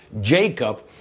Jacob